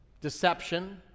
deception